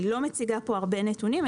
אני לא מציגה פה הרבה נתונים,